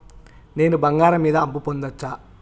నేను బంగారం మీద అప్పు పొందొచ్చా?